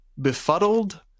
befuddled